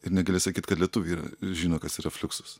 ir negali sakyt kad lietuviai yra žino kas yra fliuksus